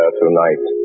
tonight